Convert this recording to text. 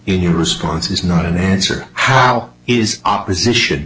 in your response is not an answer how is opposition